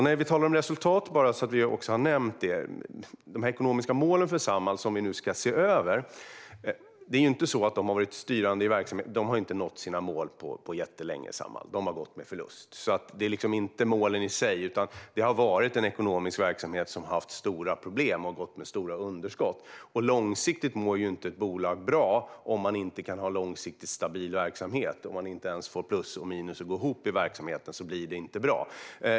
När vi talar om resultat vill jag också bara ha nämnt att de ekonomiska målen för Samhall, som vi nu ska se över, inte har varit styrande i verksamheten. Samhall har inte nått sina mål på jättelänge, utan man har gått med förlust. Det är alltså inte målen i sig, utan det är en ekonomisk verksamhet som har haft stora problem och stora underskott. Långsiktigt mår ju inte ett bolag bra om man inte kan ha en långsiktigt stabil verksamhet. Om man inte ens får plus och minus att gå ihop i verksamheten blir det inte bra.